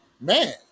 man